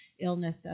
illness